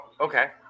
okay